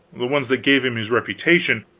the ones that gave him his reputation,